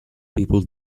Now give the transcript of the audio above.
people